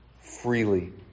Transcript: Freely